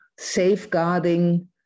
safeguarding